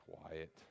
quiet